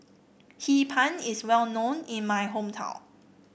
Hee Pan is well known in my hometown